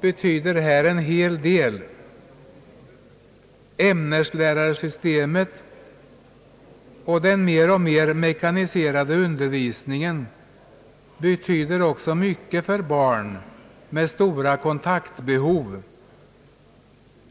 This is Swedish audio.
betyder en hel del. ämneslärarsystemet och den mer och mer mekaniserade undervisningen betyder också mycket för barn med stora kontaktbehov.